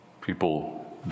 people